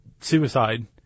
suicide